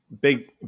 Big